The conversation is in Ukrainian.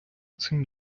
цим